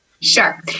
Sure